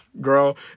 girl